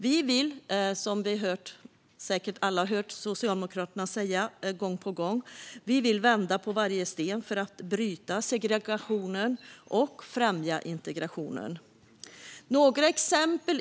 Vi vill, som alla säkert har hört oss från Socialdemokraterna säga gång på gång, vända på varje sten för att bryta segregationen och främja integrationen.